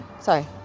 sorry